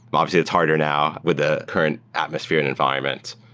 but obviously it's harder now with the current atmosphere and environment.